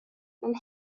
and